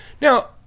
now